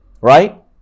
right